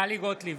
טלי גוטליב,